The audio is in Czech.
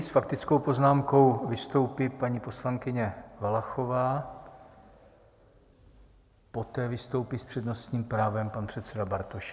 S faktickou poznámkou vystoupí paní poslankyně Valachová, poté vystoupí s přednostním právem pan předseda Bartošek.